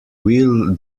will